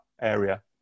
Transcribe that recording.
area